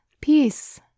peace